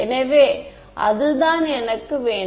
எனவே அதுதான் எனக்கு வேண்டும்